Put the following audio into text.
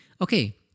Okay